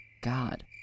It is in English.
God